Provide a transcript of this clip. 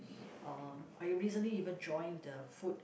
um I recently even joined the food